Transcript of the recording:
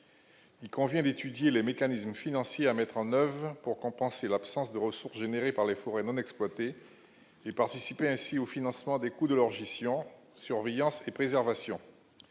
il convient d'étudier les mécanismes financiers à mettre en oeuvre pour compenser l'absence de ressources générées par les forêts non exploitées et participer ainsi au financement des coûts de leur gestion, surveillance et préservation